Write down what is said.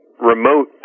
remote